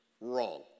wrong